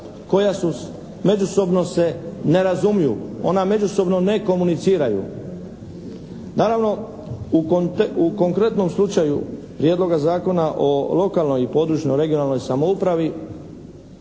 koja su, međusobno se ne razumiju. Ona međusobno ne komuniciraju. Naravno, u konkretnom slučaju Prijedloga zakona o lokalnoj i područnoj (regionalnoj) samoupravi